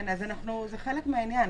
זה חלק מהעניין.